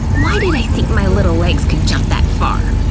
why did i think my little legs could jump that far?